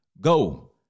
Go